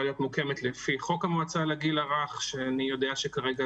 להיות מוקמת לפי חוק המועצה לגיל הרך שאני יודע שכרגע